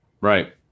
Right